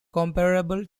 comparable